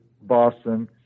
Boston